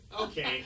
Okay